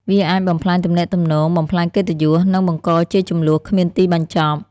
វាអាចបំផ្លាញទំនាក់ទំនង បំផ្លាញកិត្តិយស និងបង្កជាជម្លោះគ្មានទីបញ្ចប់។